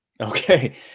okay